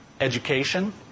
education